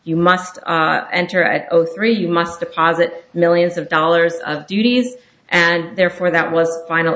you must enter at zero three you must deposit millions of dollars of duties and therefore that was final